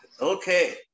Okay